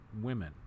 women